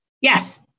Yes